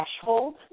threshold